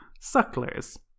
sucklers